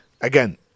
Again